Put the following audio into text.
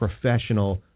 professional